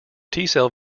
cell